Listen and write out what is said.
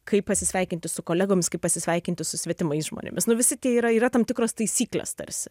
kaip pasisveikinti su kolegomis kaip pasisveikinti su svetimais žmonėmis nu visi tie yra yra tam tikros taisyklės tarsi